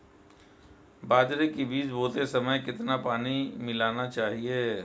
बाजरे के बीज बोते समय कितना पानी मिलाना चाहिए?